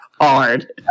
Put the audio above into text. hard